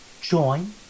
join